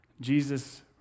Jesus